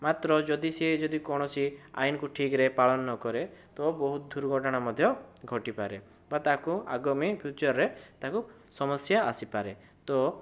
ମାତ୍ର ଜଦି ସେ ଯଦି କୋଣସି ଆଇନକୁ ଠିକରେ ପାଳନ ନକରେ ତ ବହୁତ ଦୁର୍ଘଟଣା ମଧ୍ୟ ଘଟିପାରେ ବା ତାକୁ ଆଗାମୀ ଫିଉଚରରେ ତାଙ୍କୁ ସମସ୍ୟା ଆସିପାରେ ତ